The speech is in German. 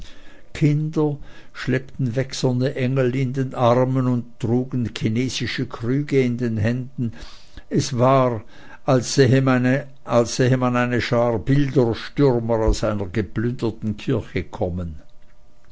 kinder schleppten wächserne engel in den armen oder trugen chinesische krüge in den händen es war als sehe man eine schar bilderstürmer aus einer geplünderten kirche kommen